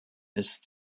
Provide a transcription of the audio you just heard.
ist